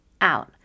out